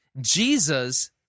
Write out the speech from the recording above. Jesus